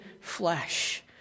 flesh